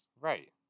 Right